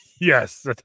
Yes